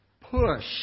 push